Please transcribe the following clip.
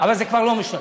אבל זה כבר לא משנה.